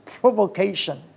provocation